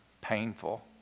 painful